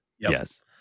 Yes